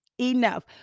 enough